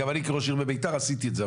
גם אני כראש העיר בביתר עשיתי את זה,